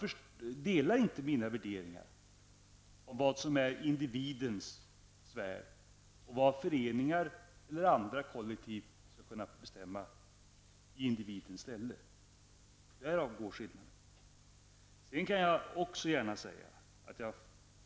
Han har inte samma värderingar som jag när det gäller vad som är individens sfär och vad föreningar eller andra kollektiv skall kunna bestämma om i individens ställe. Det är alltså detta som skiljer oss åt.